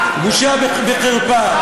בושה וחרפה.